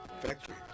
factory